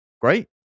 great